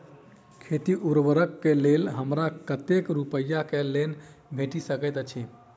खेती उपकरण केँ लेल हमरा कतेक रूपया केँ लोन भेटि सकैत अछि?